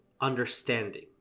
understanding